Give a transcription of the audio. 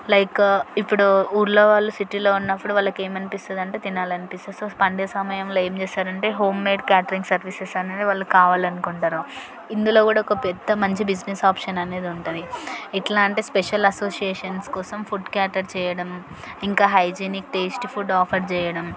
like ఇప్పుడు ఊళ్ళో వాళ్ళు సిటీలో ఉన్నప్పుడు వాళ్ళకి ఏమి అనిపిస్తుంది అంటే తినాలి అనిపిస్తుంది సో సండే సమయంలో ఏమి చేస్తారంటే హోమ్మేడ్ క్యాటరింగ్ సర్వీసెస్ అనేది వాళ్ళు కావాలనుకుంటారు ఇందులో కూడా ఒక పెద్ద మంచి బిజినెస్ ఆప్షన్ అనేది ఉంటుంది ఎట్లా అంటే స్పెషల్ అసోసియేషన్స్ కోసం ఫుడ్ క్యాటర్ చేయడం ఇంకా హైజినిక్ టేస్టీ ఫుడ్ ఆఫర్ చేయడం